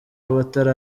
abatari